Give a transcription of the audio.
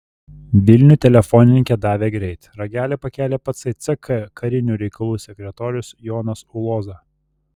vilnių telefonininkė davė greit ragelį pakėlė patsai ck karinių reikalų sekretorius jonas uloza